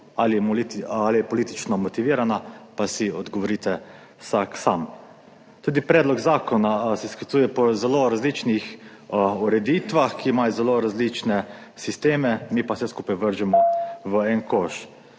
ali je politično motivirana, pa si odgovorite sami. Tudi predlog zakona se sklicuje na zelo različne ureditve, ki imajo zelo različne sisteme, mi pa vse skupaj vržemo v en koš.